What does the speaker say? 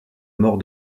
mort